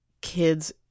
kids